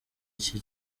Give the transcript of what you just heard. iki